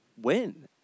win